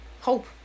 hope